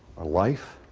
are life,